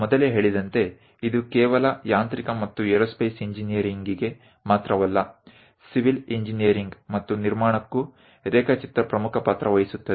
મેં અગાઉ જણાવ્યું તેમ તે ફક્ત મિકેનિકલ અને એરોસ્પેસ એન્જિનિયરિંગ માટે જ નથી સિવિલ એન્જિનિયરિંગ અને કન્સ્ટ્રક્શન ડ્રોઇંગ પણ મહત્વપૂર્ણ ભૂમિકા ભજવે છે